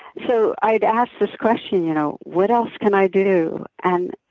so i'd ask this question, you know what else can i do? and